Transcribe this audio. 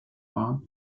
war